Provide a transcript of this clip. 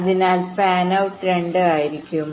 അതിനാൽ fan out രണ്ട് ആയിരിക്കും